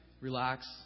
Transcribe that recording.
Relax